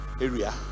area